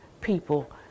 people